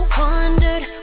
wondered